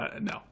no